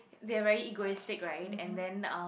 they are very egoistic right and then uh